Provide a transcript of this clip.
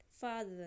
father